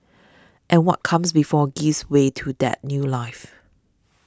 and what comes before gives way to that new life